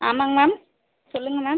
ஆமாங்க மேம் சொல்லுங்கள் மேம்